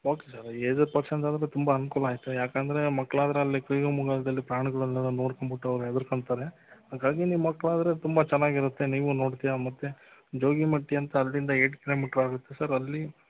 okay sir aged persons ಆದರೆ ತುಂಬ ಅನುಕೂಲ ಆಯಿತು ಯಾಕೆಂದರೆ ಮಕ್ಕಳಾದರೆ ಅಲ್ಲಿ ಮೃಗಾಲಯದಲ್ಲಿ ಪ್ರಾಣಿಗಳನ್ನೆಲ್ಲ ನೋಡ್ಕೊಂಬಿಟ್ಟು ಅವರು ಹೆದುರ್ಕೊಂತಾರೆ ಹಾಗಾಗಿ ನೀವು ಮಕ್ಕಳಾದರೆ ತುಂಬ ಚೆನ್ನಾಗಿರುತ್ತೆ ನೀವೂ ನೋಡ್ತೀಯಾ ಮತ್ತು ಜೋಗಿಮಟ್ಟಿ ಅಂತ ಅಲ್ಲಿಂದ ಏಟ್ ಕಿಲೋಮೀಟರಾಗುತ್ತೆ ಸರ್ ಅಲ್ಲಿ